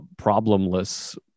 problemless